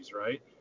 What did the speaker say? right